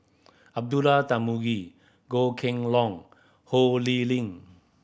Abdullah Tarmugi Goh Kheng Long Ho Lee Ling